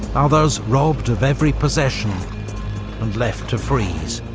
others robbed of every possession and left to freeze.